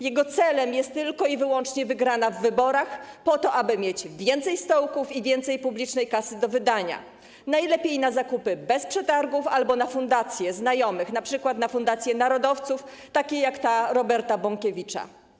Jego celem jest tylko i wyłącznie wygrana w wyborach po to, aby mieć więcej stołków i więcej publicznej kasy do wydania - najlepiej na zakupy bez przetargów albo na fundacje znajomych, np. na fundacje narodowców, takie jak ta Roberta Bąkiewicza.